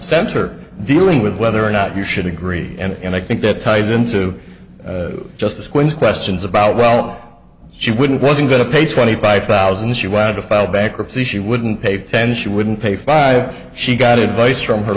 center dealing with whether or not you should agree and i think that ties into justice quince questions about well she wouldn't wasn't going to pay twenty five thousand she wanted to file bankruptcy she wouldn't pay ten she wouldn't pay five she got advice from her